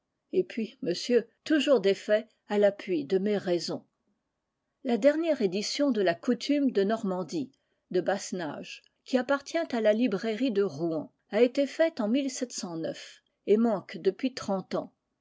et puis monsieur toujours des faits à l'appui de mes raisons la dernière édition de la coutume de normandie de basnage qui appartient à la librairie de rouen a été faite en et manque depuis trente ans